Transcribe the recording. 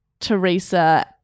Teresa